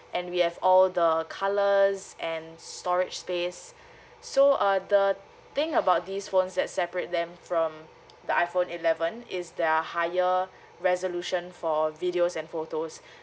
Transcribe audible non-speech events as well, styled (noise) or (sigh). and we have all the colours and storage space (breath) so uh the thing about this phones that separate them from the iphone eleven is there are higher resolution for videos and photos (breath)